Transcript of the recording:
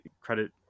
credit